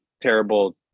terrible